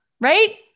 right